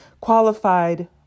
qualified